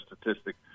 statistic